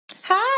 Hi